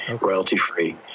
royalty-free